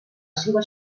seua